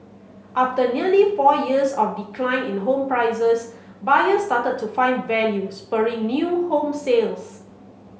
after nearly four years of decline in home prices buyers started to find value spurring new home sales